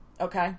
okay